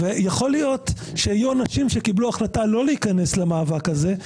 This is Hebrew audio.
יכול להיות שהיו אנשים שקיבלו החלטה לא להיכנס למאבק הזה,